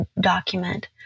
document